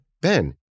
Ben